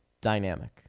dynamic